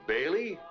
Bailey